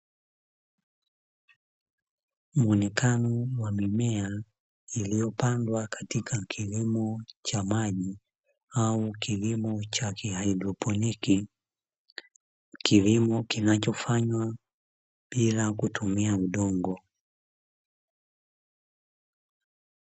Mwonekano wa mimea iliyopandwa katika kilimo cha maji, au kilimo cha kihaidroponi kilimo kinachofanywa bila kutumia udongo.